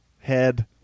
head